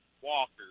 Walker